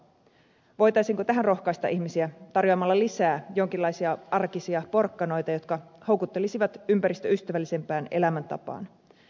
voitaisiinko tähän rohkaista ihmisiä tarjoamalla lisää jonkinlaisia arkisia porkkanoita jotka houkuttelisivat ympäristöystävällisempään elämäntapaan